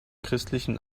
christlichen